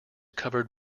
covered